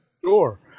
sure